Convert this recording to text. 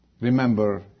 remember